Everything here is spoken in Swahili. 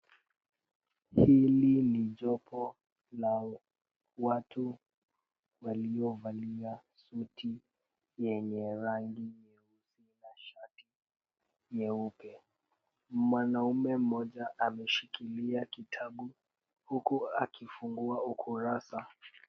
Hili ni jopo la watu waliovalia suti yenye rangi nyeusi na shati nyeupe. Mwanamume mmoja ameshikilia kitabu huku akifungua ukurasa.